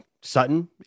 Sutton